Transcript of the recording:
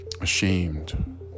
ashamed